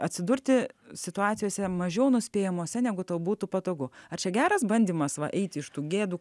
atsidurti situacijose mažiau nuspėjamose negu tau būtų patogu ar čia geras bandymas va eiti iš tų gėdų